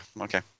okay